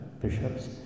bishops